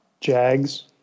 Jags